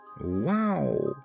Wow